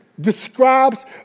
describes